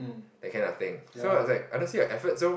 that kind of thing so I was like honestly your efforts lor